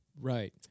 Right